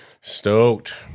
Stoked